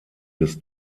des